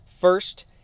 First